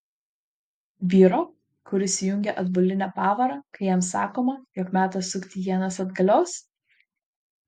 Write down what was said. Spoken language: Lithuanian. vyro kuris įjungia atbulinę pavarą kai jam sakoma jog metas sukti ienas atgalios